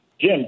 Jim